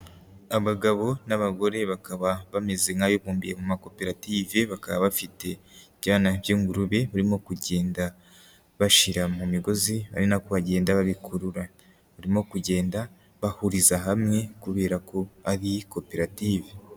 Abagabo n'abagore bakaba bameze nk'abibumbiye mu makoperative bakaba bafite ibyana by'ingurube barimo kugenda, bashira mu migozi ari nako bagenda babikurura, barimo kugenda bahuriza hamwe kubera ko ari koperative.